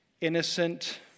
innocent